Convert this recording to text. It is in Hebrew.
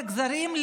לגזרים,